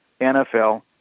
NFL